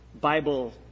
Bible